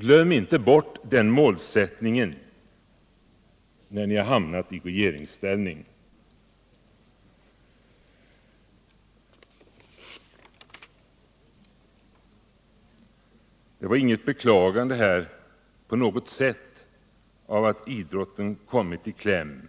Glöm inte bort den målsättningen, när ni nu har hamnat i regeringsställning. Karl-Eric Norrby beklagade på intet sätt att idrotten har kommit i kläm.